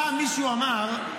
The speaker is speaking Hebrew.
פעם מישהו אמר,